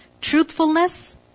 Truthfulness